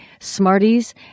Smarties